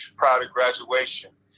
prior to graduation,